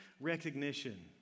recognition